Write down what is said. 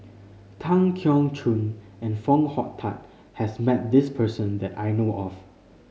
Tan Keong Choon and Foo Hong Tatt has met this person that I know of